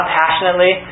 passionately